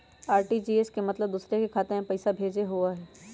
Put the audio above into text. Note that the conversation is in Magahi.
आर.टी.जी.एस के मतलब दूसरे के खाता में पईसा भेजे होअ हई?